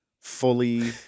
fully